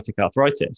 arthritis